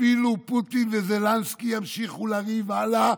אפילו פוטין וזלנסקי ימשיכו לריב הלאה,